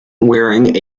wearing